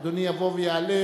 אדוני יבוא ויעלה